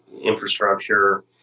infrastructure